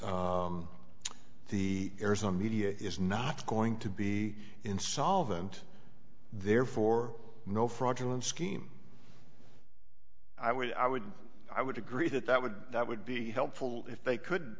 the arizona media is not going to be insolvent therefore no fraudulent scheme i would i would i would agree that that would that would be helpful if they could